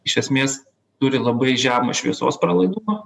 iš esmės turi labai žemą šviesos pralaidumą